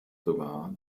sogar